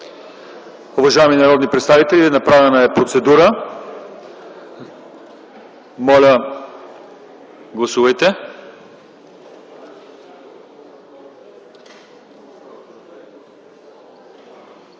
Уважаеми народни представители, направена е процедура. Моля, гласувайте.